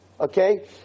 okay